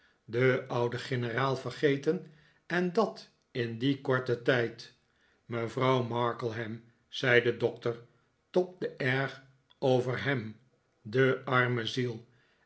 den ouden generaal vergeten en dat in dien korten tijd mevrouw markleham zei de doctor tobde erg over hem de arme ziel